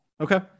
Okay